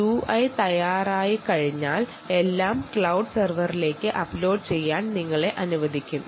UAE തയ്യാറായിക്കഴിഞ്ഞാൽ എല്ലാം cloud സെർവറിലേക്ക് അപ്ലോഡ് ചെയ്യാൻ കഴിയും